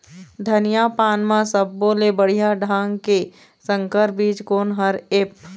धनिया पान म सब्बो ले बढ़िया ढंग के संकर बीज कोन हर ऐप?